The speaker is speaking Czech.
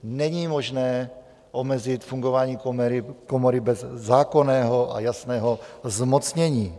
Není možné omezit fungování komory bez zákonného a jasného zmocnění.